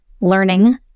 learning